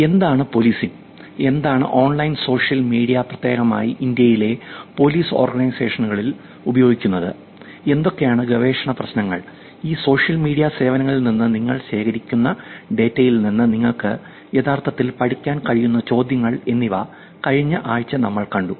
എന്താണ് പൊലീസിങ് എന്താണ് online social media പ്രത്യേകമായി ഇന്ത്യയിലെ പോലീസ് ഓർഗനൈസേഷനുകൾ ഉപയോഗിക്കുന്നത് എന്തൊക്കെയാണ് ഗവേഷണ പ്രശ്നങ്ങൾ ഈ സോഷ്യൽ മീഡിയ സേവനങ്ങളിൽ നിന്ന് നിങ്ങൾ ശേഖരിക്കുന്ന ഡാറ്റയിൽ നിന്ന് നിങ്ങൾക്ക് യഥാർത്ഥത്തിൽ പഠിക്കാൻ കഴിയുന്ന ചോദ്യങ്ങൾ എന്നിവ കഴിഞ്ഞ ആഴ്ച നമ്മൾ കണ്ടു